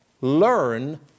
Learn